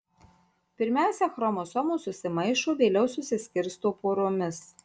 pirmiausia chromosomos susimaišo vėliau susiskirsto poromis